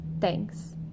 thanks